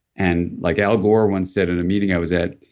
and like al gore once said at a meeting i was at,